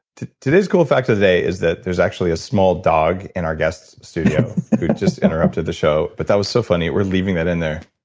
that. today's cool fact of the day is that there's actually a small dog in our guest studio who just interrupted the show. but that was so funny, we're leaving that in there.